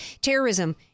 terrorism